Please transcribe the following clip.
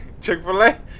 Chick-fil-A